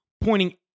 pointing